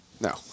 No